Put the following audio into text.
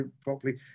properly